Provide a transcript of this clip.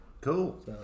Cool